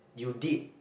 you did